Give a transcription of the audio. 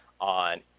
on